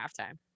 halftime